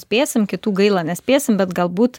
spėsim kitų gaila nespėsim bet galbūt